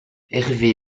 hervé